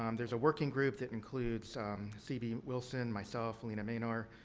um there's a working group that includes cb wilson, myself, lena maynor,